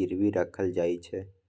गिरबी राखल जाइ छै